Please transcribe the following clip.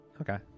Okay